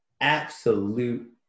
absolute